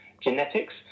genetics